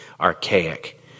archaic